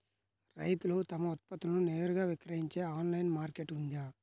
రైతులు తమ ఉత్పత్తులను నేరుగా విక్రయించే ఆన్లైను మార్కెట్ ఉందా?